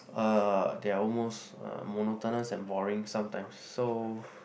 uh they are almost uh monotonous and boring sometimes so